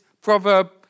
proverb